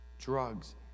drugs